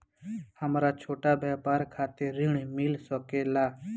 हमरा छोटा व्यापार खातिर ऋण मिल सके ला?